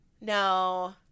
No